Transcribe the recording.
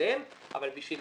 ה-ALM אבל בשביל